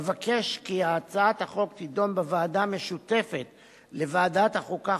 אבקש כי הצעת החוק תידון בוועדה משותפת לוועדת החוקה,